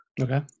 Okay